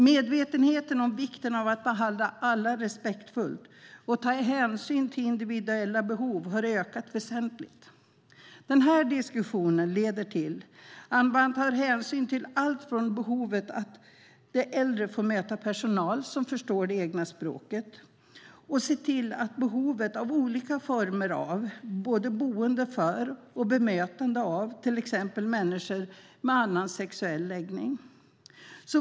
Medvetenheten om vikten av att behandla alla respektfullt och ta hänsyn till individuella behov har ökat väsentligt. Den diskussionen leder till att man tar hänsyn till behovet att de äldre får möta personal som förstår det egna språket och ser till behovet av olika former av både boende för och bemötande av till exempel människor med annan sexuell läggning.